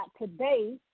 today